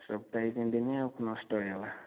ସପ୍ତାହେ ପିନ୍ଧିନି ଆଉ ନଷ୍ଟ ହୋଇଗଲା